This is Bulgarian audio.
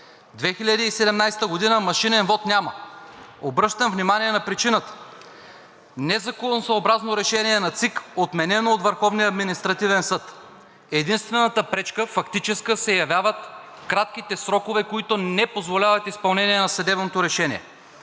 2017 г. машинен вот няма. Обръщам внимание на причината – незаконосъобразно решение на ЦИК, отменено от Върховния административен съд. Единствената пречка – фактическа, се явяват кратките срокове, които не позволяват изпълнение на съдебното решение.